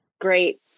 great